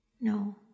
No